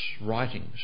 writings